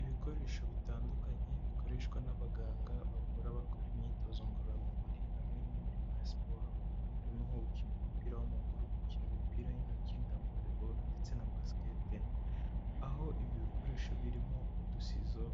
Ibikoresho bitandukanye bikoreshwa n'abaganga bavura bakora imyitozo ngororamubiri hamwe n'imirimo ya siporo, harimo nko gukina umupira w'amaguru, gukina imipira y'intoki nka vore boro ndetse n'imikino ya basikete, aho ibi bikoresho birimo udusizo,